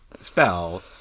spell